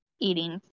eating